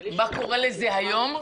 ומה קורה לזה היום.